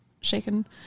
shaken